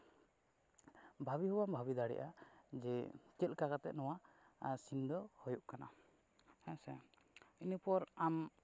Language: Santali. ᱵᱷᱟᱵᱤ ᱦᱚᱸ ᱵᱟᱢ ᱵᱷᱟᱹᱵᱤ ᱫᱟᱲᱮᱭᱟᱜᱼᱟ ᱡᱮ ᱪᱮᱫᱞᱮᱠᱟ ᱠᱟᱛᱮᱫ ᱱᱚᱣᱟ ᱥᱤᱱ ᱫᱚ ᱦᱚᱭᱳᱜ ᱠᱟᱱᱟ ᱦᱮᱸᱥᱮ ᱤᱱᱟᱹᱯᱚᱨ ᱟᱢ